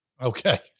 Okay